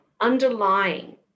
underlying